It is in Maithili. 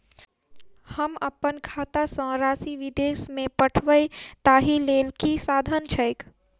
हम अप्पन खाता सँ राशि विदेश मे पठवै ताहि लेल की साधन छैक?